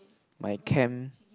my camp